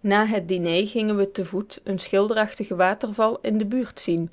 na het diner gingen we te voet een schilderachtigen waterval in de buurt zien